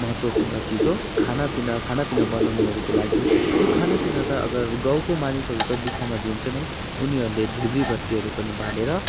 महत्त्वपूर्ण चिज हो खानापिना खानापिना बनाउनुहरूको लागि लु खानापिना त अगर गाउँको मानिसहरू त दुःखमा जिउँछ नै उनीहरूले धिप्री बत्तीहरू पनि बालेर